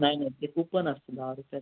नाही नाही ते कुपन असतं दहा रूपयाचं